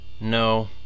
No